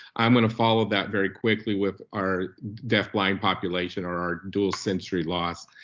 i'm gonna follow that very quickly with our deaf-blind population, or our dual sensory loss.